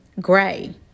gray